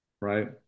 right